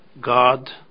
God